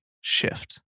shift